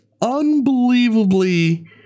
unbelievably